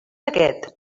aquest